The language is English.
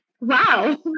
Wow